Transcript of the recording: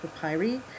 papyri